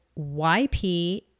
YP